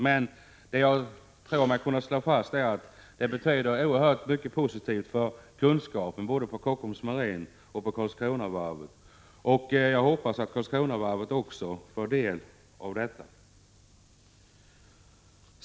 Men jag tror mig kunna slå fast att det betyder oerhört mycket positivt när det gäller kunskapen, både på Kockums Marin och på Karlskronavarvet. Jag hoppas alltså att Karlskronavarvet också får del av detta.